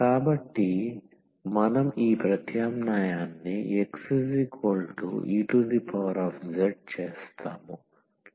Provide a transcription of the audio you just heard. కాబట్టి మనం ఈ ప్రత్యామ్నాయాన్ని xez చేస్తాము